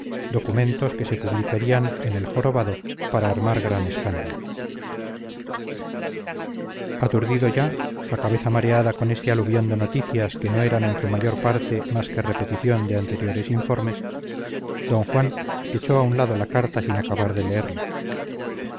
documentos que se publicarían en el jorobado para armar gran escándalo aturdido ya la cabeza mareada con este aluvión de noticias que no eran en su mayor parte más que repetición de anteriores informes d juan echó a un lado la carta sin acabar de leerla